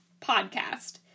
podcast